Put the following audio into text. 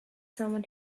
someone